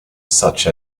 such